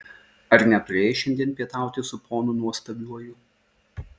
ar neturėjai šiandien pietauti su ponu nuostabiuoju